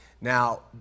Now